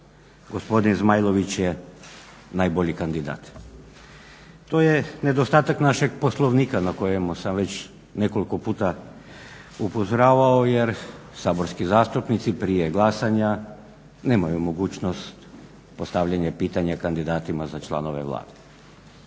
gospodin Zmajlović je najbolji kandidat. To je nedostatak našeg Poslovnika na kojemu sam već nekoliko puta upozoravao jer saborski zastupnici prije glasanja nemaju mogućnost postavljanja pitanja kandidatima za članove Vlade.